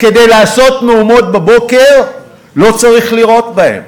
כדי לעשות מהומות בבוקר, לא צריך לירות בהם.